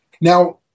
Now